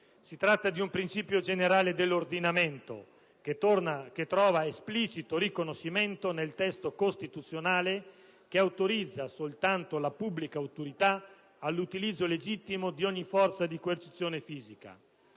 Si tratta di un principio generale dell'ordinamento che trova esplicito riconoscimento nel testo costituzionale, che autorizza soltanto la pubblica autorità all'utilizzo legittimo di ogni forza di coercizione fisica.